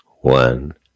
One